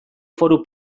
foru